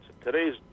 today's